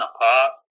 apart